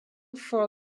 for